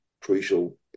crucial